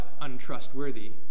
untrustworthy